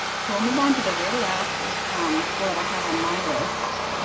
so i'll move on to the very last tool that i have on my list.